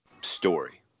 story